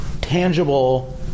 tangible